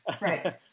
Right